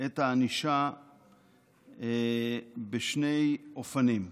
את הענישה בשני אופנים.